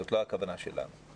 זו לא הכוונה שלנו.